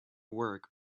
work